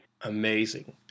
Amazing